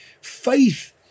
Faith